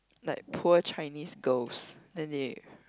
like poor Chinese girls then they